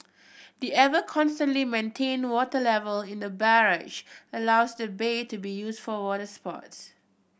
the ever constantly maintained water level in the barrage allows the bay to be used for water sports